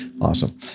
awesome